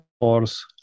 force